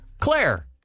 Claire